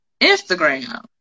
Instagram